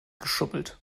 geschummelt